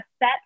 set